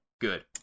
good